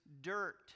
dirt